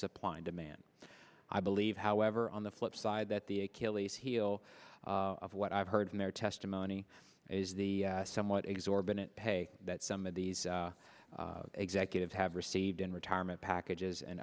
supply and demand i believe however on the flip side that the achilles heel of what i've heard from their testimony is the somewhat exorbitant pay that some of these executives have received in retirement packages and